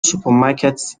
supermarkets